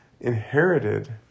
inherited